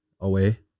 away